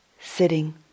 sitting